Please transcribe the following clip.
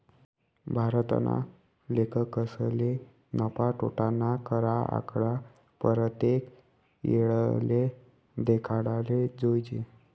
भारतना लेखकसले नफा, तोटाना खरा आकडा परतेक येळले देखाडाले जोयजे